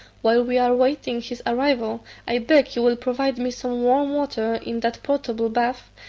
while we are waiting his arrival, i beg you will provide me some warm water in that portable bath,